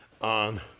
on